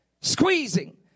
squeezing